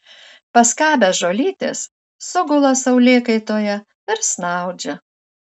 paskabę žolytės sugula saulėkaitoje ir snaudžia